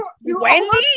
Wendy